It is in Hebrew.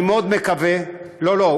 אני מאוד מקווה, לא, לא.